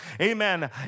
Amen